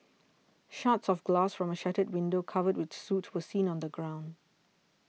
shards of glass from a shattered window covered with soot were seen on the ground